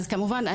כמובן,